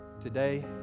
Today